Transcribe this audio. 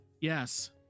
Yes